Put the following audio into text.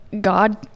God